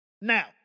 Now